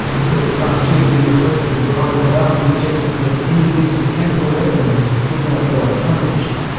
in august last year the us president barack obama suggested that any use of chemical weapons would not go unpunished.